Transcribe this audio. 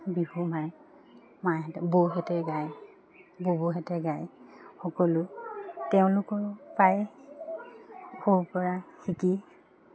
বিহু মায়ে মাহঁতে বৌহঁতে গায় ববুহঁতে গায় সকলো তেওঁলোকৰ প্ৰায় সৰুৰপৰাই শিকি